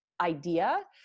idea